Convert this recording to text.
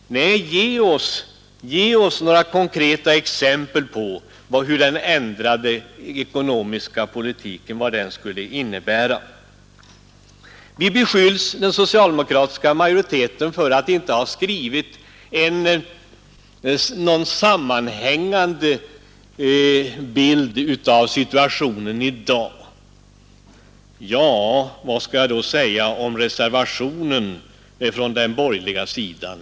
Nej, ge oss några konkreta exempel någon gång på vad den ändrade ekonomiska politiken skulle innebära! Den socialdemokratiska majoriteten beskylls för att inte ha givit någon sammanhängande bild av situationen i dag. Men vad skall jag då säga om reservationen från den borgerliga sidan?